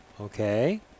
Okay